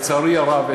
לצערי הרב,